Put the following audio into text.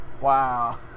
Wow